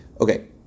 Okay